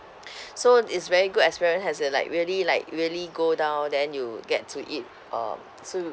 so it's very good experience as in like really like really go down then you get to eat um so you